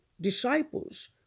disciples